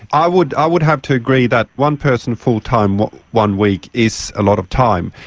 i would i would have to agree that one person full time one week is a lot of time,